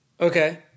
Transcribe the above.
Okay